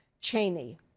Cheney